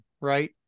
right